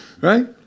Right